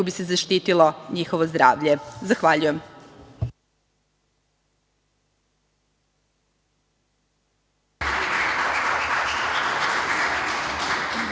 bi se zaštitilo njihovo zdravlje. Zahvaljujem.